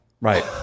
Right